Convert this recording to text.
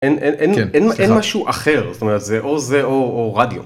אין אין אין, כן סליחה, אין משהו אחר, זאת אומרת, זה או זה או רדיו.